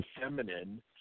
feminine